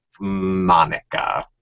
Monica